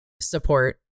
support